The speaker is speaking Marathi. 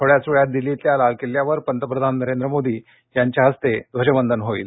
थोड्याच वेळात दिल्लव्लिया लाल किल्ल्यावर पंतप्रधान नरेंद्र मोद यांच्या हस्ते ध्वजवंदन होईल